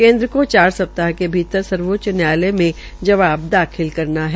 केन्द्र सरकार को चार सप्ताह के अंदर सर्वोच्च न्यायालय मे जवाब दाखिल करना है